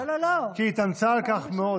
לא, לא, לא, כי היא התאמצה על כך מאוד.